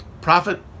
profit